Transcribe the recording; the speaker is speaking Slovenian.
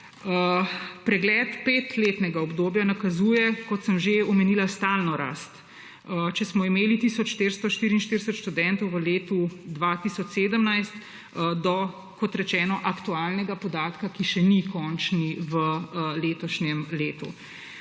Pregled petletnega obdobja nakazuje, kot sem že omenila, stalno rast. Če smo imeli tisoč 444 študentov v letu 2017 do, kot rečeno, aktualnega podatka, ki še ni končni, v letošnjem letu.